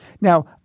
Now